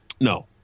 no